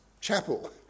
chapel